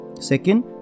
second